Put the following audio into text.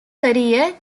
career